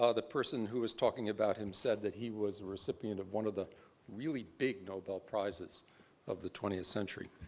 ah the person who was talking about him said that he was the recipient of one of the really big nobel prizes of the twentieth century.